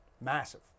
Massive